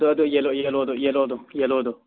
ꯑꯗꯣ ꯑꯗꯨ ꯌꯦꯂꯣꯗꯣ